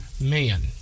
man